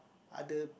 other